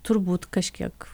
turbūt kažkiek